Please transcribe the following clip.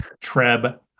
Treb